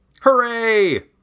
Hooray